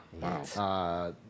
Wow